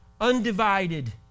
undivided